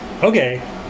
Okay